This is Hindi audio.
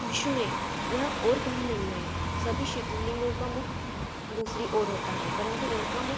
विश्व में यह और कहीं नही है सभी शिवलिंगों का मुख दूसरी ओर होता है परंतु इनका मुख